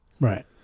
Right